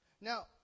Now